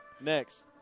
Next